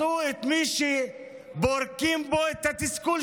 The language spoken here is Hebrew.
מצאו את מי שפורקים עליו את התסכול.